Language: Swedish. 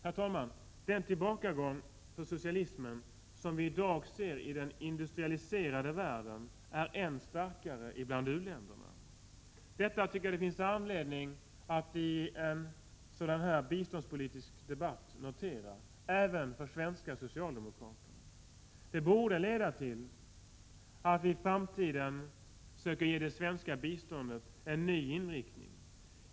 Herr talman! Den tillbakagång för socialismen som vi i dag ser i den industrialiserade världen är än starkare bland u-länderna. Det tycker jag att det finns anledning även för svenska socialdemokrater att notera i en biståndspolitisk debatt. Det borde leda till att vi i framtiden söker ge det svenska biståndet en ny inriktning.